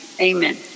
Amen